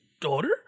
daughter